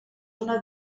una